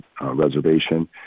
reservation